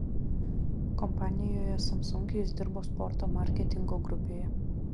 kompanijoje samsung jis dirbo sporto marketingo grupėje